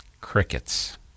Crickets